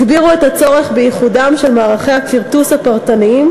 הגבירו את הצורך באיחודם של מערכי הכרטוס הפרטניים